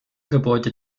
gebäude